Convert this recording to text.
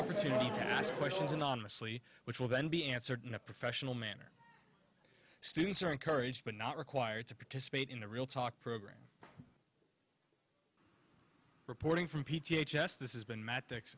opportunity to ask questions anonymously which will then be answered in a professional manner students are encouraged but not required to participate in a real talk program reporting from p j just this is been met